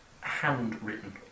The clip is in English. handwritten